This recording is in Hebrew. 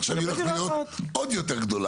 עכשיו תהיה לו דירה עוד יותר גדולה.